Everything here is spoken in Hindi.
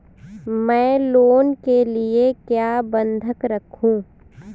मैं लोन के लिए क्या बंधक रखूं?